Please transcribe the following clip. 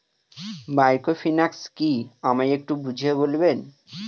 Microfinance কি আমায় একটু বুঝিয়ে বলবেন?